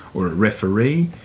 or a referee,